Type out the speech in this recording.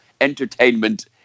entertainment